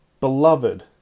Beloved